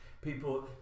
People